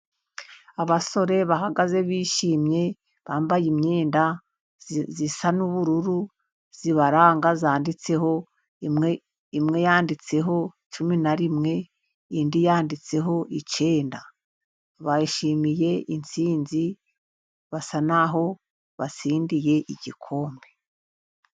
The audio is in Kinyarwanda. Abasore bahagaze, bishimye, bambaye imyenda isa n’ubururu, ibaranga yanditseho, imwe yanditseho cumi na rimwe, indi yanditseho icyenda. Bishimiye intsinzi, basa naho batsindiye igikombe.